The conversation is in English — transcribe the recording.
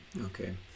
okay